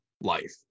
life